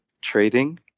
trading